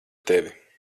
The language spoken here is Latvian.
tevi